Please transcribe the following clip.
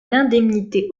l’indemnité